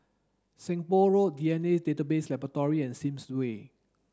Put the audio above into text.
Seng Poh Road D N A Database Laboratory and Sims Way